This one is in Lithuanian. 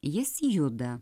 jis juda